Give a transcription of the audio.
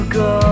go